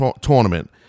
Tournament